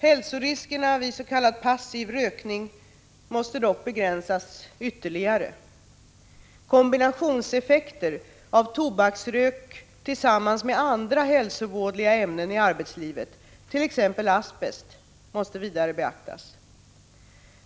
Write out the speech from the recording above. Hälsoriskerna vid s.k. passiv rökning måste dock begränsas ytterligare. Kombinationseffekter av tobaksrök tillsammans med andra hälsovådliga ämnen i arbetslivet, t.ex. asbest, måste vidare beaktas.